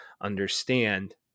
understand